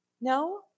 No